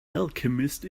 alchemist